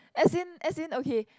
as in as in okay